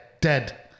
dead